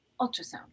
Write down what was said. ultrasound